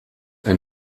ein